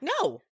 No